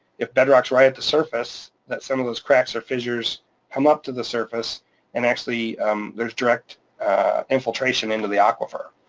if bedrock's right at the surface that some of those cracks or fissures come up to the surface and actually there's direct infiltration into the aquifer.